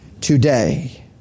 Today